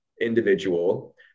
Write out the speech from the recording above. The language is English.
individual